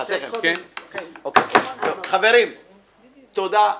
חברים, תודה.